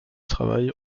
travaille